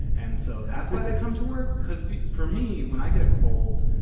and so that's why they come to work. because for me, when i get a cold,